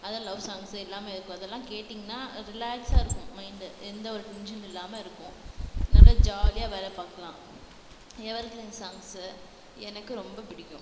அதுவும் love songs இல்லாமல் இருக்கும் அதெல்லாம் கேட்டிங்னால் ரிலாக்ஸாக இருக்கும் மைண்டு எந்த ஒரு டென்ஷன் இல்லாமல் இருக்கும் நாமும் ஜாலியாக வேலை பார்க்கலாம் எவர் க்ரீன் சாங்ஸு எனக்கு ரொம்ப பிடிக்கும்